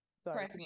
sorry